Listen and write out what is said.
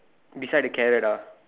beside the carrot ah